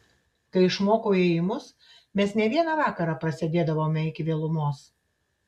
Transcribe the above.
kai išmokau ėjimus mes ne vieną vakarą prasėdėdavome iki vėlumos